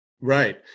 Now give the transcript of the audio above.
right